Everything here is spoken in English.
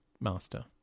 Master